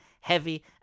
heavy